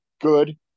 good